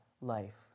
life